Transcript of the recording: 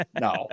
No